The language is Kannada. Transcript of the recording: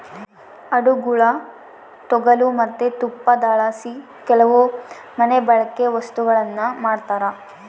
ಆಡುಗುಳ ತೊಗಲು ಮತ್ತೆ ತುಪ್ಪಳದಲಾಸಿ ಕೆಲವು ಮನೆಬಳ್ಕೆ ವಸ್ತುಗುಳ್ನ ಮಾಡ್ತರ